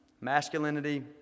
masculinity